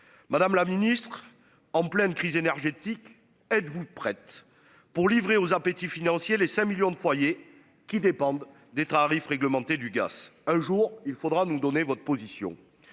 Madame la Ministre. En pleine crise énergétique. Êtes-vous prête. Pour livrer aux appétits financiers les 5 millions de foyers qui dépendent des tarifs réglementés du gaz, un jour il faudra nous donner votre position.